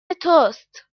توست